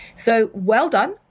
so well done.